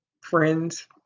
Friends